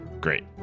Great